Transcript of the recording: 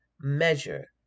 measure